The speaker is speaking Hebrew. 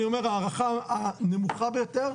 אני אומר ההערכה הנמכה ביותר,